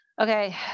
okay